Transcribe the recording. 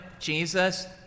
jesus